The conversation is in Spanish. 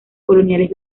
coloniales